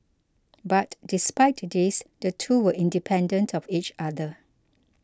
but despite this the two were independent of each other